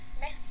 Merci